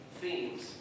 themes